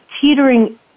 teetering